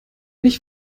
nicht